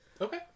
Okay